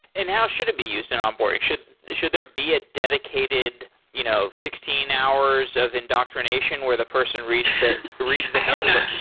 how should it be used in onboarding? should should there be a dedicated you know sixteen hours of indoctrination where the person reads reads the handbook